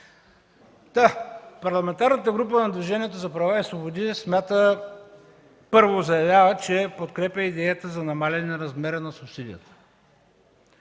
няма! Парламентарната група на Движението за права и свободи първо заявява, че подкрепя идеята за намаляване на размера на субсидията.